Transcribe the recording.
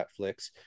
Netflix